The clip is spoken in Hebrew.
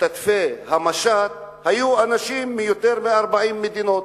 משתתפי המשט היו אנשים מיותר מ-40 מדינות,